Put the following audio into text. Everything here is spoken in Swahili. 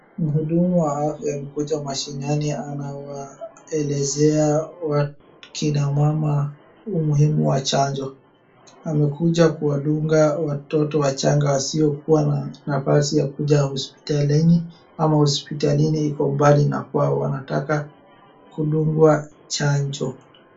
Mhudumu wa afya amekuja mashinani anawaelezea wakinamama umuhimu wa chanjo. Amekuja kuwandunga watoto wachanga wasiokuwa na nafasi ya kuja hospitalini ama hopsitalini iko mbali na kwao, wanataka kudungwa chanjo.